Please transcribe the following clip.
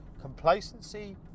complacency